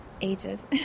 ages